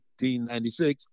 1896